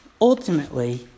Ultimately